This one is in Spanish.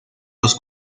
los